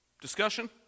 Discussion